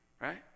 Right